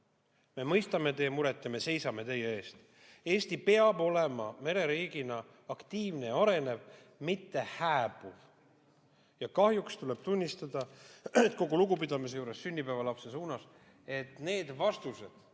Me mõistame teie muret ja me seisame teie eest. Eesti peab olema mereriigina aktiivne ja arenev, mitte hääbuv. Kahjuks tuleb tunnistada, et kogu lugupidamise juures sünnipäeva lapse vastu, need vastused,